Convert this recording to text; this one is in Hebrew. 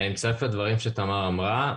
אני מצטרף לדברים שתמר אמרה.